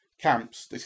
camps